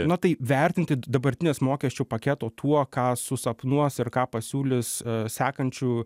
na tai vertinti dabartinės mokesčių paketo tuo ką susapnuos ir ką pasiūlius sekančių